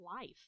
life